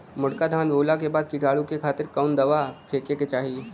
मोटका धान बोवला के बाद कीटाणु के खातिर कवन दावा फेके के चाही?